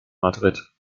madrid